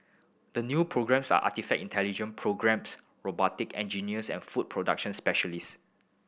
the new programmes are artifact intelligent programmers robotic engineers and food production specialist